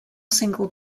single